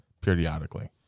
periodically